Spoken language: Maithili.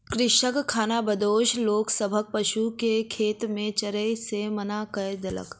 कृषक खानाबदोश लोक सभक पशु के खेत में चरै से मना कय देलक